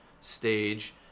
stage